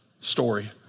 story